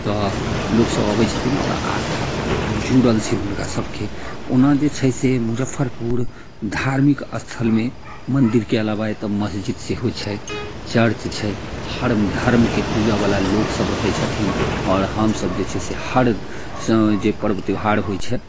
तऽ लोक सब अबै छथिन आओर आस्था जुड़ल छै हुनका सबके ओना जे छै से मुजफ्फरपुर धार्मिक स्थलमे मन्दिरके आलावा एतऽ मस्जिद सेहो छै चर्च छै हर धर्म के पूजऽ वला लोक सब रहै छथिन और हमसब जे छै से हर समय मऽ जे पर्ब त्यौहार होय छै